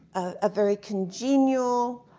ah very congenial,